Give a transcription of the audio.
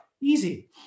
Easy